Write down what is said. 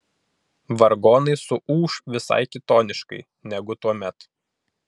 vargonai suūš visai kitoniškai negu tuomet